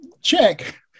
check